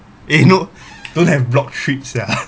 eh no don't have blocked streets sia